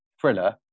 thriller